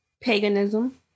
Paganism